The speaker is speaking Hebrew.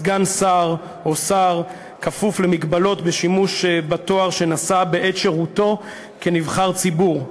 סגן שר או שר כפוף להגבלות בשימוש בתואר שנשא בעת שירותו כנבחר ציבור.